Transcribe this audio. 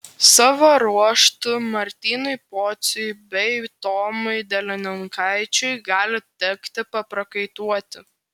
savo ruožtu martynui pociui bei tomui delininkaičiui gali tekti paprakaituoti